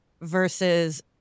versus